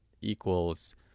equals